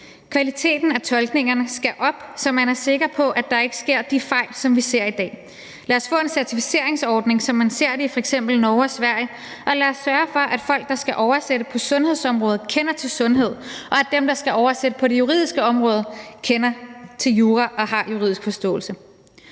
Kvaliteten af tolkningen skal op, så man er sikker på, at der ikke sker de fejl, som vi ser i dag. Lad os få en certificeringsordning, som man ser det i f.eks. Norge og Sverige, og lad os sørge for, at folk, der skal oversætte på sundhedsområdet, kender til sundhed, og at dem, der skal oversætte på det juridiske område, kender til jura og har juridisk forståelse.